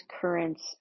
currents